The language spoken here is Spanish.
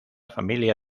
familia